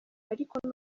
ariko